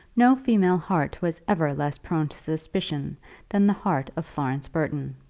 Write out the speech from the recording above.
no female heart was ever less prone to suspicion than the heart of florence burton.